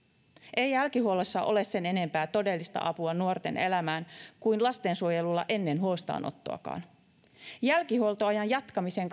ei jälkihuollossa ole sen enempää todellista apua nuorten elämään kuin lastensuojelulla ennen huostaanottoakaan jälkihuoltoajan jatkamiseen